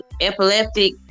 epileptic